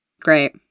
great